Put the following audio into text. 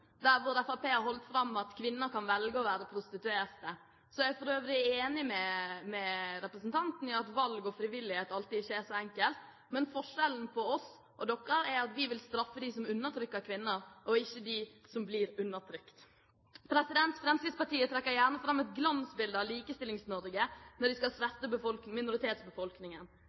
der Fremskrittspartiet holdt fram at kvinnen kan velge å være prostituert. Jeg er for øvrig enig med representanten i at valg og frivillighet ikke alltid er så enkelt, men forskjellen på oss og dere er at vi vil straffe dem som undertrykker kvinnen, og ikke dem som blir undertrykt. Fremskrittspartiet trekker gjerne fram et glansbilde av Likestillings-Norge når de skal sverte minoritetsbefolkningen.